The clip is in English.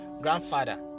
grandfather